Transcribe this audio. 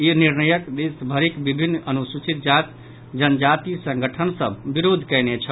ई निर्णयक देशभरिक विभिन्न अनुसूचित जाति जनजाति संगठन सभ विरोध कयने छल